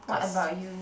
what about you